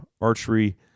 archery